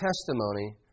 testimony